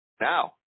now